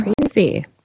Crazy